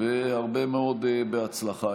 הרבה מאוד הצלחה.